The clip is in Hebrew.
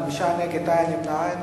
חמישה בעד, אין נגד, אין נמנעים.